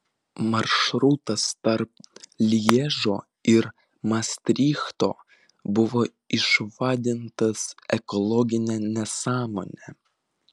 maršrutas tarp lježo ir mastrichto buvo išvadintas ekologine nesąmone